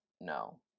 no